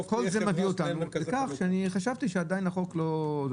כל זה מביא אותנו לכך שאני חשבתי שהחוק עדיין לא בשל.